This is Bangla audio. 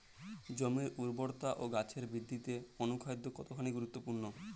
জমির উর্বরতা ও গাছের বৃদ্ধিতে অনুখাদ্য কতখানি গুরুত্বপূর্ণ?